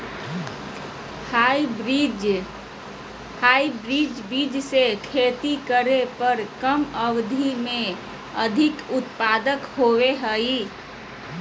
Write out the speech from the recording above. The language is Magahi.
हाइब्रिड बीज से खेती करे पर कम अवधि में अधिक उत्पादन होबो हइ